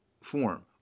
form